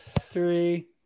Three